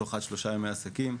עד שלושה ימי עסקים,